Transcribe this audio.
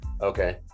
Okay